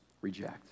reject